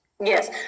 Yes